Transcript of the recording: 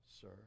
sir